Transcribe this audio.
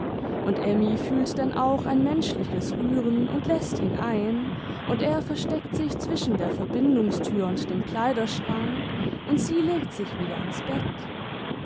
und emmy fühlt denn auch ein menschliches rühren und läßt ihn ein und er versteckt sich zwischen der verbindungstür und dem kleiderschrank und sie legt sich wieder ins bett